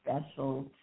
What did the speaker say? special